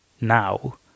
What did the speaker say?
now